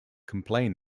complained